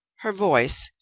her voice,